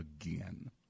again